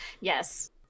Yes